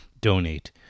donate